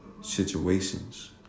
situations